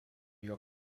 york